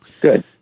Good